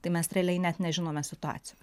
tai mes realiai net nežinome situacijos